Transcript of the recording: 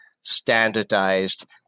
standardized